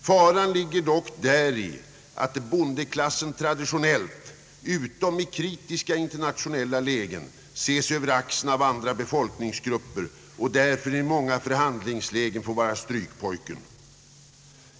Faran ligger dock däri att bondeklassen traditionellt, utom i kritiska internationella lägen, ses över axeln av andra befolkningsgrupper och därför i många förhandlingslägen får vara strykpojken.